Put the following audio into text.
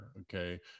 okay